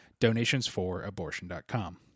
donationsforabortion.com